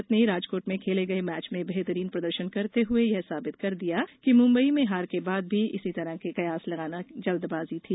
भारत ने राजकोट में खेले गये मैच में बेहतरीन प्रदर्शन करते हुए यह साबित कर दिया कि मुंबई में हार के बाद भी इसी तरह के कयास लगाना जल्दबाजी थी